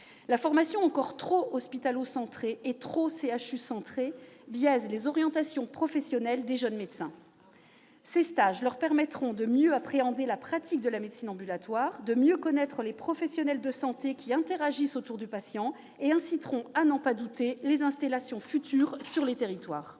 la formation encore trop « hospitalo-centrée » et « CHU-centrée » biaise les orientations professionnelles des jeunes médecins. Ces stages leur permettront de mieux appréhender la pratique de la médecine ambulatoire et de mieux connaître les professionnels de santé qui interagissent autour du patient. À n'en pas douter, ils favoriseront les installations futures sur les territoires.